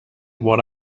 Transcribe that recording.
what